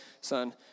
son